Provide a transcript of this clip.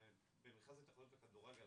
זה שבמכרז להתאחדויות בכדורגל,